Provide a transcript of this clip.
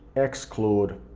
exclude